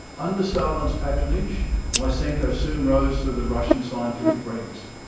under stalin's patronage, lysenko soon rose through the russian scientific ranks,